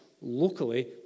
locally